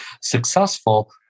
successful